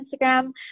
Instagram